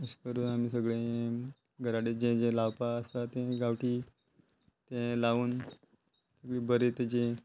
तशें करून आमी सगळे घराकडेन जे जे लावपा आसता ते गांवठी ते लावन सगळे बरे तेजे